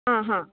आ हा